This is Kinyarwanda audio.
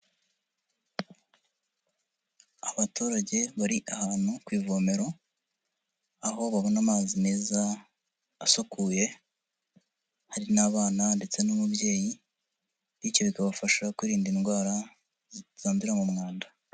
Abaturage bari ahantu ku ivomero, aho babona amazi meza asukuye, hari n'abana ndetse n'umubyeyi bityo bikabafasha kwirinda indwara zandurira mu mwanda.